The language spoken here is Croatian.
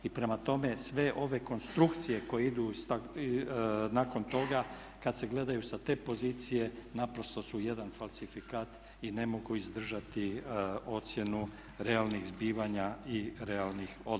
I prema tome, sve ove konstrukcije koje idu nakon toga kad se gledaju sa te pozicije naprosto su jedan falsifikat i ne mogu izdržati ocjenu realnih zbivanja i realnih odnosa.